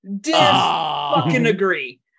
Dis-fucking-agree